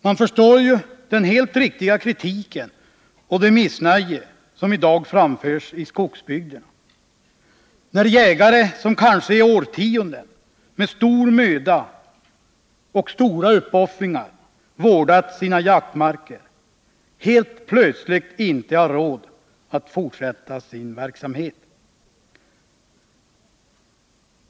Man förstår den helt berättigade kritik och det missnöje som i dag framförs av dem som bor i skogsbygderna, när jägare som kanske i årtionden med stor möda och stora uppoffringar vårdat sina jaktmarker helt plötsligt inte har råd att fortsätta sin jaktverksamhet.